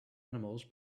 animals